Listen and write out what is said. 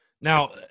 now